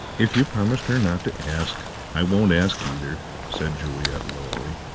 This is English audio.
if you promised her not to ask, i won't ask either, said juliet loyally.